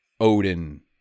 Odin